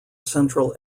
central